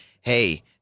hey